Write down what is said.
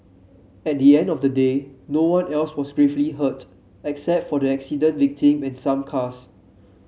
at the end of the day no one else was gravely hurt except for the accident victim and some cars